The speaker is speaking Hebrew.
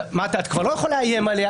אתה כבר לא יכול לאיים עליה,